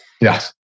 Yes